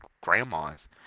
grandmas